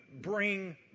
bring